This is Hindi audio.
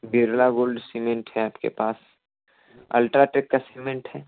बिरला गोल्ड सिमेन्ट है आपके पास अल्ट्रा टेक का सिमेन्ट है